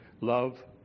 love